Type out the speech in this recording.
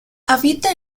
habita